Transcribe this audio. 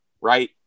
Right